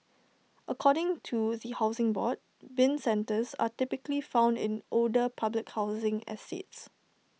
according to the Housing Board Bin centres are typically found in older public housing estates